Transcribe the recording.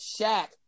Shaq